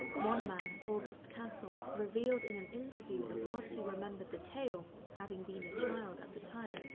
one man, august castle, revealed in an interview that whilst he remembered the tale, having been a child at the time,